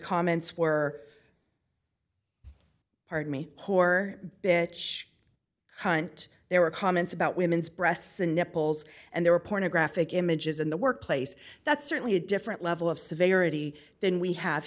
comments were pardon me whore bitch hunt there were comments about women's breasts and nipples and they were pornographic images in the workplace that's certainly a different level of severity than we have